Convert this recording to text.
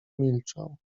milczał